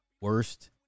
worst